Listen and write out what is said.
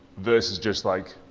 versus just, like,